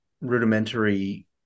rudimentary